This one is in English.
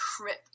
crip